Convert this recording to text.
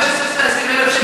15,000, 20,000 שקל,